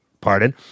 pardon